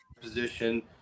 position